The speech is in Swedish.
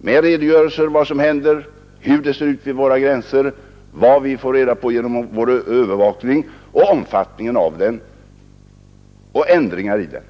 med redogörelser för vad som händer, hur det ser ut vid våra gränser, vad vi får reda på genom vår övervakning, omfattningen av den och ändringar i den.